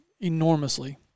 enormously